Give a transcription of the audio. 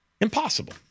Impossible